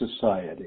society